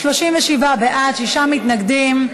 37 בעד, שישה מתנגדים.